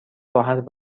راحت